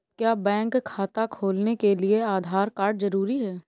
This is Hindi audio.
क्या बैंक खाता खोलने के लिए आधार कार्ड जरूरी है?